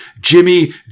Jimmy